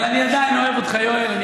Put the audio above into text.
אבל אני עדיין אוהב אותך, יואל.